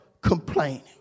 complaining